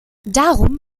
darum